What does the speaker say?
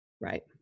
right